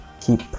Keep